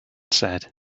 said